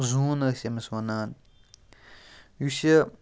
زوٗن ٲسۍ أمِس وَنان یُس یہِ